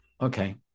Okay